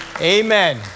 Amen